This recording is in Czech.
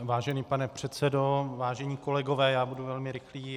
Vážený pane předsedo, vážení kolegové, budu velmi rychlý.